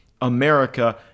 America